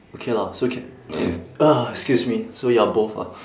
okay lah so ca~ excuse me so you're both ah